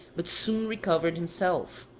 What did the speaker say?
but soon recovered himself.